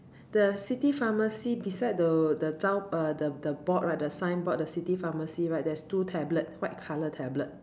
the city pharmacy beside the the 招: zhao err the the board right the signboard the city pharmacy right there's two tablet white color tablet